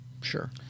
sure